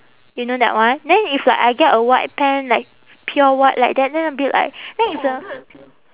you know that one then if like I get a white pant like pure white like that then I'll be like then it's a